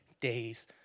days